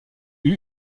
eut